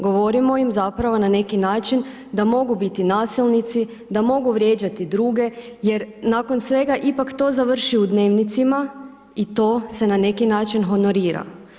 Govorimo im zapravo, na neki način da mogu biti nasilnici, da mogu vrijeđati druge jer nakon svega, ipak to završi u dnevnicima i to se na neki način honorira.